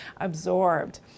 absorbed